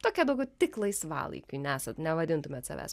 tokia daugiau tik laisvalaikiui nesat nevadintumėt savęs